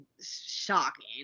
shocking